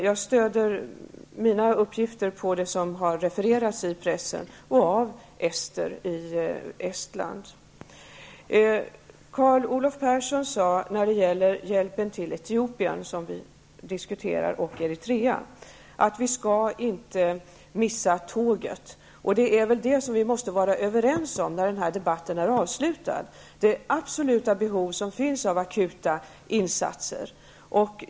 Jag stöder mina uppgifter på det som har refererats i pressen och på uppgifter från ester i Estland. När det gäller hjälpen till Etiopien och Eritrea, som vi diskuterar nu, sade Carl Olov Persson att vi inte skall missa tåget. Det är det vi måste vara överens om när denna debatt är avslutad, det absoluta behov som finns av akuta insatser.